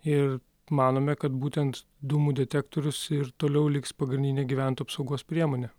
ir manome kad būtent dūmų detektorius ir toliau liks pagrindinė gyventojų apsaugos priemonė